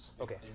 Okay